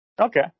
Okay